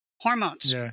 hormones